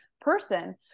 person